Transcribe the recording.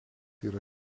yra